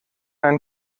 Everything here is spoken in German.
ein